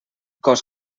cos